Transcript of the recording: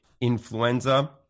influenza